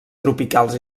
tropicals